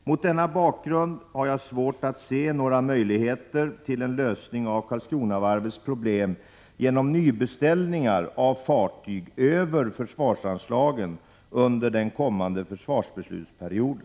Mot denna bakgrund har jag svårt att se några möjligheter till en lösning av Karlskronavarvets problem genom nybeställningar av fartyg över försvarsanslagen under den kommande försvarsbeslutsperioden.